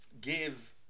give